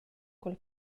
cul